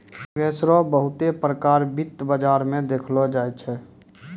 निवेश रो बहुते प्रकार वित्त बाजार मे देखलो जाय छै